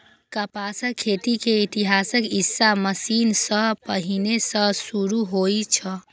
कपासक खेती के इतिहास ईशा मसीह सं पहिने सं शुरू होइ छै